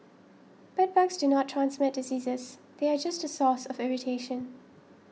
bedbugs do not transmit diseases they are just a source of irritation